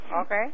Okay